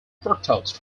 fructose